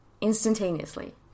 instantaneously